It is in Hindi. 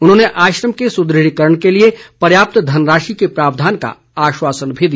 उन्होंने आश्रम के सुदृढ़ीकरण के लिए पर्याप्त धनराशि के प्रावधान का आश्वासन भी दिया